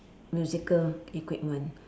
musical equipment